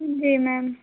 जी ma'am